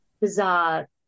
bizarre